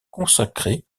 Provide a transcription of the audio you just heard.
consacrées